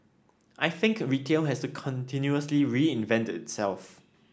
I think retail has to continuously reinvent itself